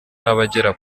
n’abagera